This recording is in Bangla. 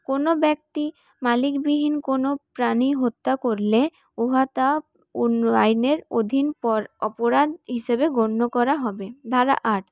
কোন ব্যক্তি মালিকবিহীন কোন প্রাণী হত্যা করলে উহা তা পণ্য আইনের অধীন পর অপরাধ হিসেবে গণ্য করা হবে ধারা আট